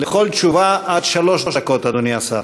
לכל תשובה, עד שלוש דקות, אדוני השר.